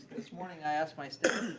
this morning i asked my staff,